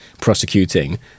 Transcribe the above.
prosecuting